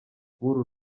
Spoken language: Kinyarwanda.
b’uru